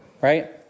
right